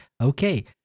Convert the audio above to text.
Okay